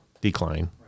decline